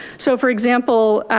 so for example,